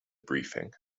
briefing